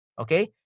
okay